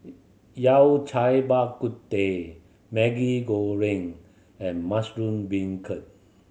Yao Cai Bak Kut Teh Maggi Goreng and mushroom beancurd